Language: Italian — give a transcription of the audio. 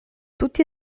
tutti